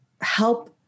help